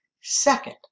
Second